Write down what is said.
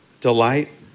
delight